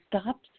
stop